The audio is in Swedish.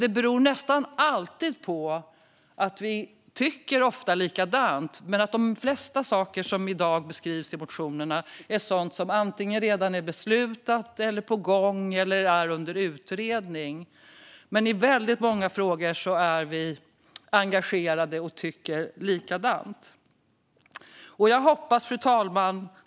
Det beror nästan alltid på att vi ofta tycker lika, men de flesta frågor som tas upp i motionerna är sådant som antingen redan är beslutat, är på gång eller är under utredning. I många frågor har vi ett gemensamt engagemang och tycker lika.